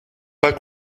pas